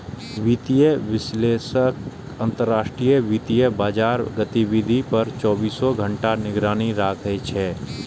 वित्तीय विश्लेषक अंतरराष्ट्रीय वित्तीय बाजारक गतिविधि पर चौबीसों घंटा निगरानी राखै छै